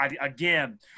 Again